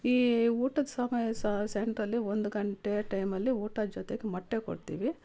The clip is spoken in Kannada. ಈ ಊಟದ ಸಮಯ ಸೆಂಟ್ರಲ್ಲಿ ಒಂದು ಗಂಟೆ ಟೈಮಲ್ಲಿ ಊಟದ ಜೊತೆಗೆ ಮೊಟ್ಟೆ ಕೊಡ್ತೀವಿ